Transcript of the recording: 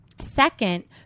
Second